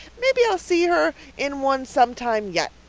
maybe i'll see her in one sometime yet.